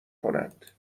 کنند